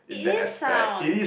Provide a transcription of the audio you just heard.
it is sound